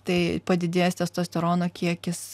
tai padidėjęs testosterono kiekis